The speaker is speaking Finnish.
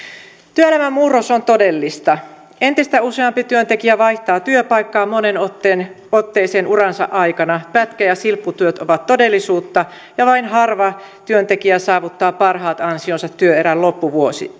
työelämän murros on todellista entistä useampi työntekijä vaihtaa työpaikkaa moneen otteeseen uransa aikana pätkä ja silpputyöt ovat todellisuutta ja vain harva työntekijä saavuttaa parhaat ansionsa työuran loppuvuosina